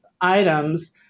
items